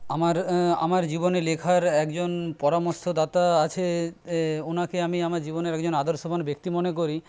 আমার আমার জীবনে লেখার একজন পরামর্শদাতা আছে ওঁকে আমি আমার জীবনের একজন আদর্শবান ব্যক্তি মনে করি